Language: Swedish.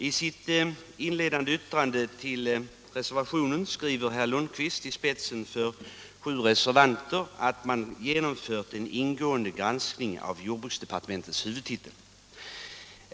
I sitt inledande yttrande till reservationerna säger herr Lundkvist i spetsen för sju reservanter att man genomfört en ”ingående granskning” av jordbruksdepartementets huvudtitel.